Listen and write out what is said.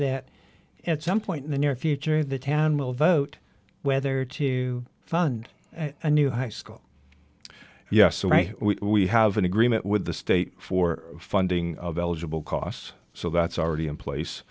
that at some point in the near future the town will vote whether to fund a new high school yes all right we have an agreement with the state for funding of eligible costs so that's already in place